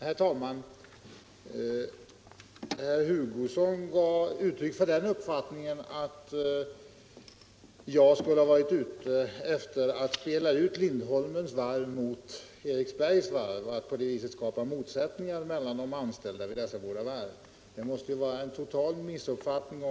Herr talman! Herr Hugosson gav uttryck för den uppfattningen att jag skulle ha varit ute efter att spela ut Lindholmens varv mot Eriksbergs varv för att på det sättet skapa motsättningar mellan de anställda vid dessa båda varv. Det måste vara en total missuppfattning.